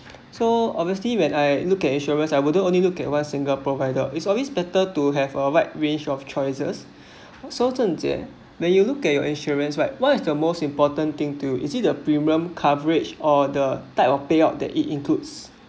so obviously when I look at insurance I wouldn't only look at one single provider it's always better to have a wide range of choices so zhen jie when you look at your insurance right what is the most important thing too actually the premium coverage or the type of payout that it includes